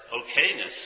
okayness